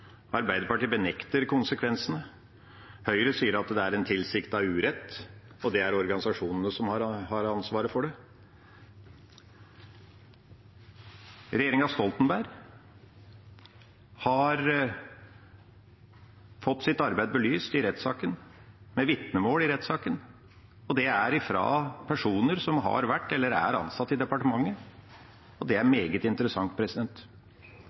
en tilsiktet urett, og det er organisasjonene som har ansvaret for det. Regjeringa Stoltenberg har fått sitt arbeid belyst i rettssaken, med vitnemål i rettssaken, og det er fra personer som har vært eller er ansatt i departementet. Det er meget interessant.